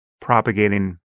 propagating